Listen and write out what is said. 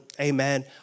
Amen